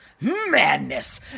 madness